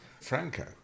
Franco